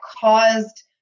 caused